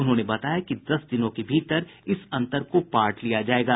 उन्होंने बताया कि दस दिनों के भीतर इस अंतर को पाट लिया जायेगा